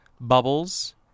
bubbles